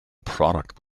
product